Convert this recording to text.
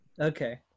Okay